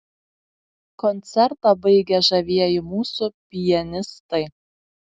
koncertą baigė žavieji mūsų pianistai